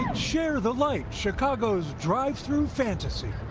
share the light chicago's drive through fantasy.